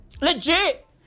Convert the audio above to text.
Legit